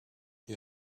you